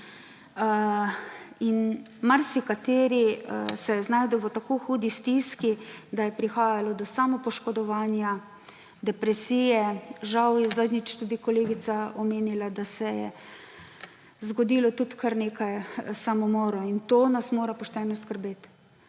Marsikateri se je znašel v tako hudi stiski, da je prihajalo do samopoškodovanja, depresije. Žal je zadnjič tudi kolegica omenila, da se je zgodilo tudi kar nekaj samomorov, in to nas mora pošteno skrbeti.